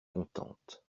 contente